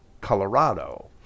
Colorado